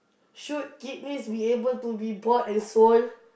should kidneys means be able to be bought and sold